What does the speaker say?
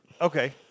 Okay